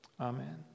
Amen